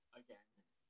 again